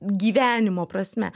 gyvenimo prasme